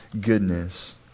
goodness